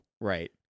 Right